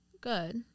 good